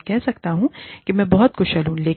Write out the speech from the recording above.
मैं कह सकता हूं मैं बहुत कुशल हूं